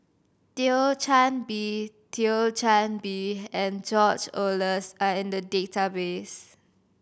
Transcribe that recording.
Thio Chan Bee Thio Chan Bee and George Oehlers are in the database